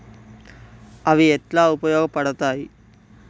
అవి ఎట్లా ఉపయోగ పడతాయి?